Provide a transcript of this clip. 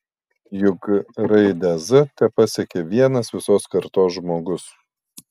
juk raidę z tepasiekia vienas visos kartos žmogus